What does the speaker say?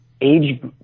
age